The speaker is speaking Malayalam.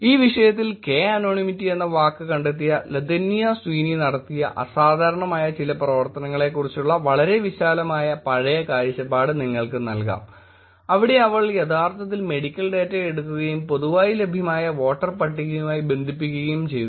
ഈ വിഷയത്തിൽ k anonymity എന്ന വാക്ക് കണ്ടെത്തിയ ലതന്യ സ്വീനി നടത്തിയ അസാധാരണമായ ചില പ്രവർത്തനങ്ങളെക്കുറിച്ചുള്ള വളരെ വിശാലമായ പഴയ കാഴ്ചപ്പാട് നിങ്ങൾക്ക് നൽകാം അവിടെ അവൾ യഥാർത്ഥത്തിൽ മെഡിക്കൽ ഡാറ്റ എടുക്കുകയും പൊതുവായി ലഭ്യമായ വോട്ടർ പട്ടികയുമായി ബന്ധിപ്പിക്കുകയും ചെയ്തു